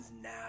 now